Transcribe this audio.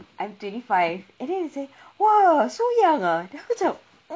I'm twenty five and then he said !wah! so young ah then aku macam